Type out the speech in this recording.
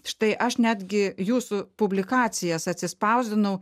štai aš netgi jūsų publikacijas atsispausdinau